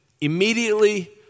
Immediately